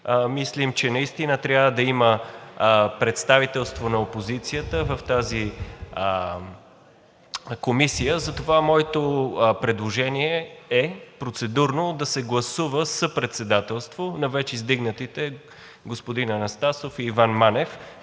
Мислим, че наистина трябва да има представителство на опозицията в тази комисия. Затова моето процедурно предложение е да се гласува съпредседателство на вече издигнатите господин Анастасов и Иван Манев